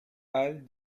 hall